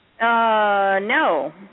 No